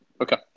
Okay